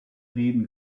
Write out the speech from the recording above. reden